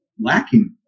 lacking